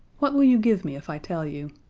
what will you give me if i tell you?